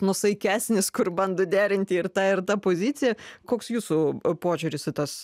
nuosaikesnis kur bando derinti ir tą ir tą poziciją koks jūsų požiūris į tas